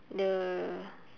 the